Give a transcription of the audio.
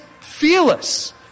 fearless